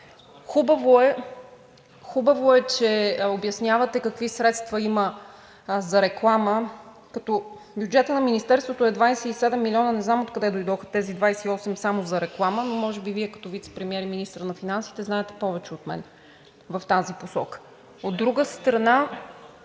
Хубаво е, че обяснявате какви средства има за реклама, като бюджетът на Министерството е 27 милиона – не знам откъде дойдоха тези 28 само за реклама, но може би Вие като вицепремиер и министър на финансите знаете повече от мен в тази посока. ЗАМЕСТНИК